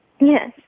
Yes